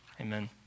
amen